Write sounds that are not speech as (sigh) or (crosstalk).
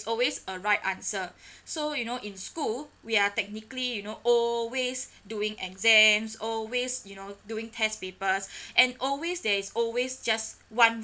always a right answer (breath) so you know in school we are technically you know always doing exams always you know doing test papers (breath) and always there is always just one